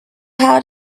how